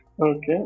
Okay